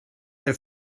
der